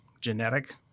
genetic